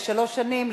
לשלוש שנים,